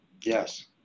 Yes